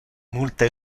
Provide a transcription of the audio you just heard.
multe